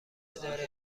اداره